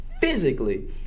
physically